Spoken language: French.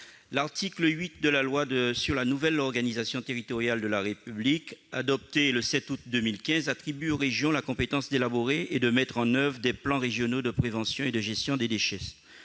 L'article 8 de la loi portant nouvelle organisation territoriale de la République, adoptée le 7 août 2015, attribue aux régions la compétence d'élaborer et de mettre en oeuvre des plans régionaux de prévention et de gestion des déchets.